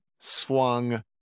swung